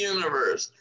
Universe